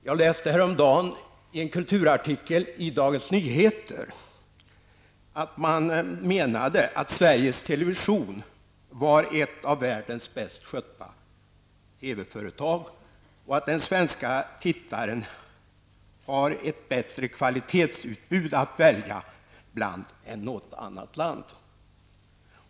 Jag läste häromdagen i en kulturartikel i Dagens Nyheter att man menade att Sveriges Television är ett av världens bäst skötta TV-företag och att den svenske tittaren har ett bättre kvalitetsutbud att välja bland än något annat land.